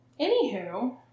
Anywho